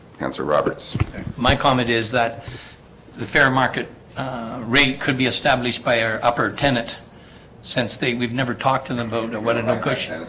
cancer roberts my comment is that the fair market rink could be established by our upper tenant since they we've never talked to them vote or what i know cushion